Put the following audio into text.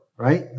right